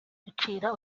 gucira